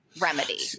remedy